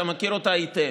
אתה מכיר אותה היטב.